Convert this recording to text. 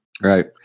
right